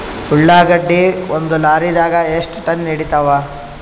ಉಳ್ಳಾಗಡ್ಡಿ ಒಂದ ಲಾರಿದಾಗ ಎಷ್ಟ ಟನ್ ಹಿಡಿತ್ತಾವ?